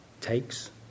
takes